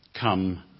come